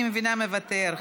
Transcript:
אני מבינה שמוותר,